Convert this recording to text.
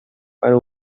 firmar